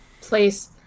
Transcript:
place